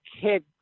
kid